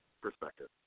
perspective